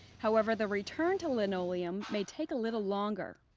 however, the return to linoleum may take a little longer.